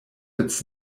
its